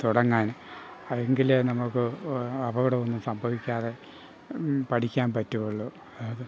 തുടങ്ങാൻ എങ്കിലേ നമ്മൾക്ക് അപകടമൊന്നും സംഭവിക്കാതെ പഠിക്കാൻ പറ്റുകയുള്ളൂ